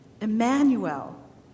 Emmanuel